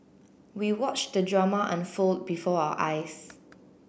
we watched the drama unfold before our eyes